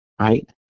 right